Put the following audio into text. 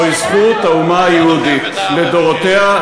זוהי זכות האומה היהודית לדורותיה,